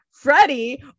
freddie